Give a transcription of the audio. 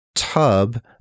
tub